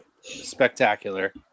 Spectacular